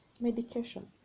Medication